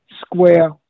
square